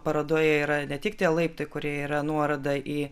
parodoje yra ne tik tie laiptai kurie yra nuoroda į